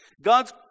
God's